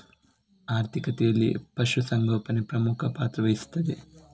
ಆರ್ಥಿಕತೆಯಲ್ಲಿ ಪಶು ಸಂಗೋಪನೆ ಪ್ರಮುಖ ಪಾತ್ರ ವಹಿಸುತ್ತದೆ